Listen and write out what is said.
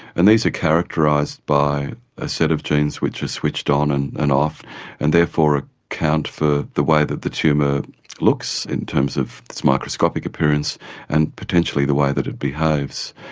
and these are characterised by a set of genes which are switched on and and off and therefore ah account for the way that the tumour looks in terms of its microscopic appearance and potentially the way that it behaves.